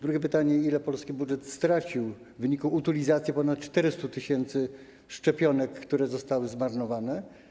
Drugie pytanie: Ile polski budżet stracił w wyniku utylizacji ponad 400 tys. szczepionek, które zostały zmarnowane?